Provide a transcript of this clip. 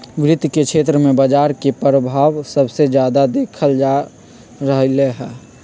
वित्त के क्षेत्र में बजार के परभाव सबसे जादा देखल जा रहलई ह